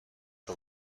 the